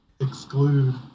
exclude